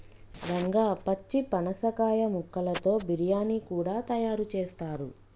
రంగా పచ్చి పనసకాయ ముక్కలతో బిర్యానీ కూడా తయారు చేస్తారు